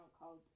called